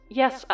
yes